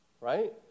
right